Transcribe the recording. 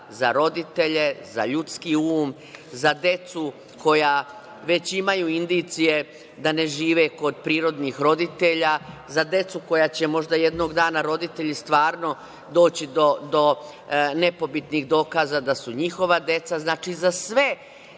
za roditelje, za ljudski um, za decu koja već imaju indicije da ne žive kod prirodnih roditelja, za decu za koju će možda jednog dana roditelji stvarno doći do nepobitnih dokaza da su njihova deca, znači za sve